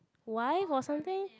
wife or something